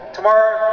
Tomorrow